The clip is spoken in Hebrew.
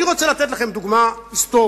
אני רוצה לתת לכם דוגמה היסטורית,